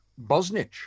Bosnich